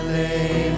lay